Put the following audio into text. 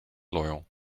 loyal